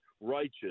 righteous